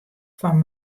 fan